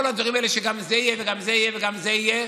כל הדברים האלה שגם זה וגם זה וגם זה יהיה,